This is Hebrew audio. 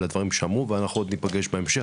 הדברים שאמרו ואנחנו עוד ניפגש בהמשך.